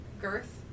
Girth